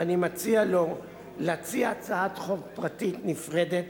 ואני מציע לו להציע הצעת חוק פרטית נפרדת